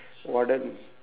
warden